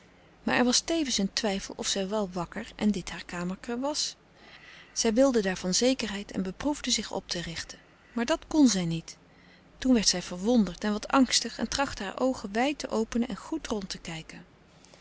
maar er was tevens een twijfel of zij wel wakker en dit wel haar kamerken was zij wilde daarvan zekerheid en beproefde zich op te richten maar dat kon zij niet toen werd zij verwonderd en wat angstig en trachtte haar oogen wijd te openen en goed rond te kijken